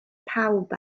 pawb